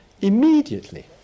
immediately